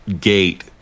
gate